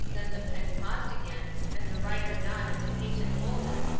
then the pen paused again, and the writer gnawed at the painted holder,